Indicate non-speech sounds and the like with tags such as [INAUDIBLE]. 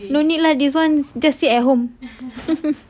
no need lah this one just sit at home [LAUGHS]